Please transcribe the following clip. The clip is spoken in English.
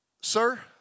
Sir